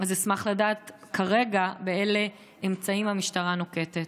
אז אשמח לדעת כרגע אילו אמצעים המשטרה נוקטת.